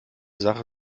sache